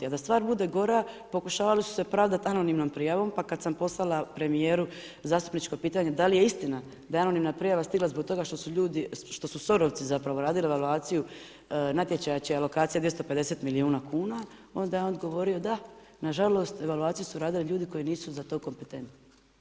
A da stvar bude gora, pokušavali su se pravdati anonimnom prijavom, pa kad sam poslala premijeru zastupničko pitanje da li je istina da je anonimna prijava stigla zbog toga što su SOR-ovci zapravo radili evaluaciju natječaja čija je evokacija 250 milijuna kuna, onda je on odgovorio: da, nažalost, evaluaciju su radili ljudi koji nisu za to kompetentni.